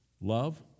Love